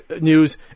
news